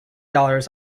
dollars